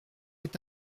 est